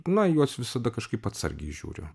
na į juos visada kažkaip atsargiai žiūriu